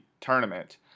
tournament